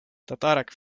tatarak